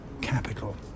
capital